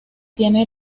tiene